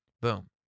boom